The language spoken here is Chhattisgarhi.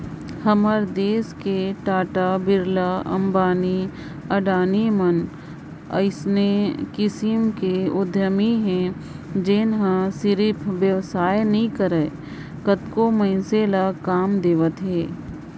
हमर देस कर टाटा, बिरला, अंबानी, अडानी मन अइसने किसिम कर उद्यमी हे जेनहा सिरिफ बेवसाय नी करय कतको मइनसे ल काम देवत हे